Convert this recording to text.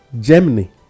Germany